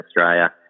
Australia